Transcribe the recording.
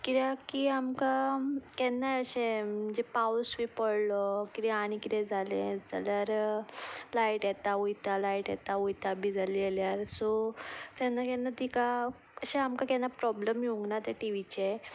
कित्याक की आमकां केन्नाय अशें म्हणजे पावस बी पडलो कितें आनी कितें जालें जाल्यार लायट येता वयता लायट येता वयता बी जाली जाल्यार सो केन्ना केन्ना तिका अशें आमकां केन्ना प्रोबल्म येवूंक ना ते टीवीचें